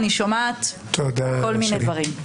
אני שומעת כל מיני דברים.